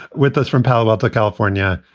with us from palo alto, california.